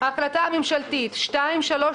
החלטת הממשלה 2332,